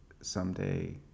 someday